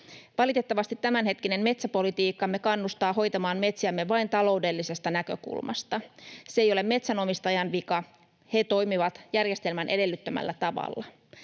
Valittavasti tämänhetkinen metsäpolitiikkamme kannustaa hoitamaan metsiämme vain taloudellisesta näkökulmasta. Se ei ole metsänomistajan vika — he toimivat järjestelmän edellyttämällä tavalla.